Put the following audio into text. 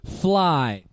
fly